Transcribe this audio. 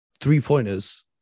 three-pointers